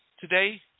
today